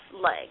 leg